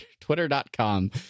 Twitter.com